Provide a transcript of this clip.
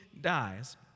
dies